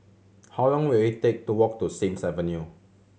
how long will it take to walk to Sims Avenue